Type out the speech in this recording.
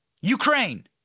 Ukraine